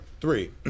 three